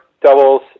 doubles